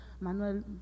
Manuel